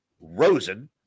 Rosen